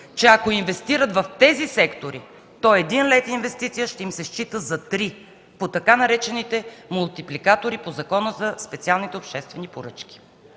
че ако инвестират в тези сектори, то 1 лев инвестиция ще им се счита за 3 по така наречените „мултипликатори” по Закона за специалните обществени поръчки.